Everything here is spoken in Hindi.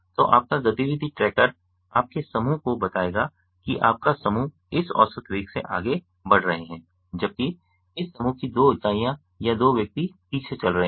तो आपका गतिविधि ट्रैकर आपके समूह को बताएगा कि आपका समूह इस औसत वेग से आगे बढ़ रहे हैं जबकि इस समूह की दो इकाइयाँ या दो व्यक्ति पीछे चल रहे हैं